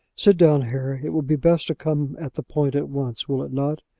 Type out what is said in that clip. sit down, harry. it will be best to come at the point at once will it not?